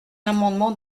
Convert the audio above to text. amendement